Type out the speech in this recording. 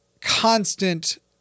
constant